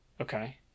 okay